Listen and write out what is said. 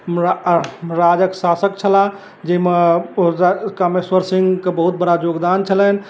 राजक शासक छलाह जाहिमे कामेश्वर सिंहके बहुत बड़ा योगदान छलनि